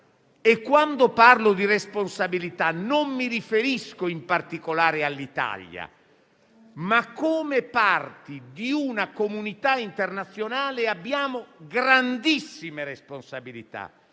e quando parlo di responsabilità non mi riferisco in particolare all'Italia, ma come parti di una comunità internazionale abbiamo grandissime responsabilità.